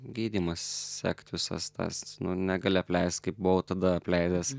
gydymas sekt visas tas nu negali apleist kaip buvau tada apleidęs